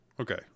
Okay